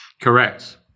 Correct